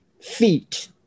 feet